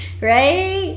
right